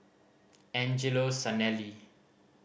Angelo Sanelli